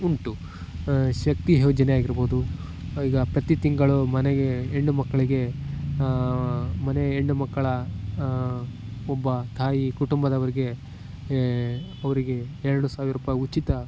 ಉಂಟು ಶಕ್ತಿ ಯೋಜನೆ ಆಗಿರ್ಬೋದು ಈಗ ಪ್ರತೀ ತಿಂಗಳು ಮನೆಗೆ ಹೆಣ್ಣುಮಕ್ಕಳಿಗೆ ಮನೆಯ ಹೆಣ್ಣುಮಕ್ಕಳ ಒಬ್ಬ ತಾಯಿ ಕುಟುಂಬದವರಿಗೆ ಅವರಿಗೆ ಎರಡು ಸಾವಿರ ರೂಪಾಯಿ ಉಚಿತ